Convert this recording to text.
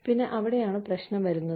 പിന്നെ അവിടെയാണ് പ്രശ്നം വരുന്നത്